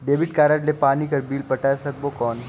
Debit card ले पानी कर बिल पटाय सकबो कौन?